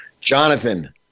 Jonathan